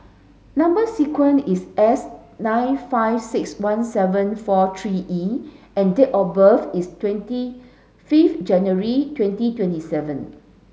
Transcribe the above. number sequence is S nine five six one seven four three E and date of birth is twenty fifth January twenty twenty seven